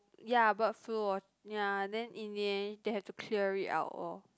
ya blood flow was ya then in the end they have to clear it out orh